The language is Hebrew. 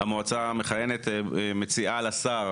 המועצה המכהנת מציעה לשר